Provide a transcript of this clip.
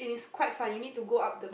is quite far you need to go up